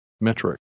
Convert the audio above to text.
metric